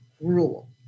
rule